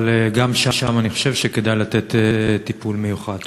אבל גם שם אני חושב שכדאי לתת טיפול מיוחד.